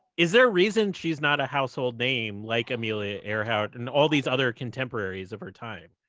is there a reason she's not a household name like amelia earhart and all these other contemporaries of her time?